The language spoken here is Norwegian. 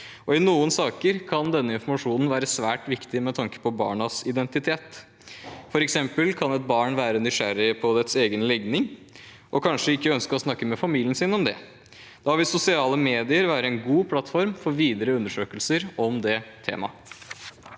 I noen saker kan denne informasjonen være svært viktig med tanke på barnas identitet. For eksempel kan et barn være nysgjerrig på egen legning og ønsker kanskje ikke å snakke med familien sin om det. Da vil sosiale medier være en god plattform for videre undersøkelser om temaet.